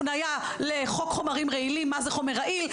הפניה לחוק חומרים רעילים מה זה חומר רעיל,